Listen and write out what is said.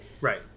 Right